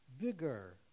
bigger